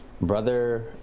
brother